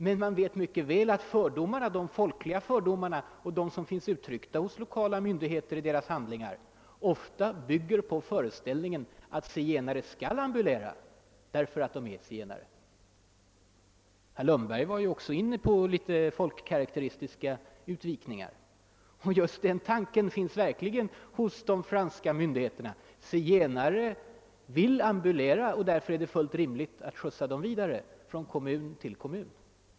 Det är emellertid uppenbart att de folkliga fördomarna och de fördomar som finns hos 1okala myndigheter, uttryckta i deras handlingar, ofta bygger på föreställningen att zigenare skall ambulera, därför att de är zigenare. Herr Lundberg gjorde själv en del utvikningar om folkkaraktärer, kynne etc. Den inställningen finns hos de franska myndigheterna: zigenare vill ambulera tror man, och därför är det fullt rimligt att skjutsa dem vidare från kommun till kommun.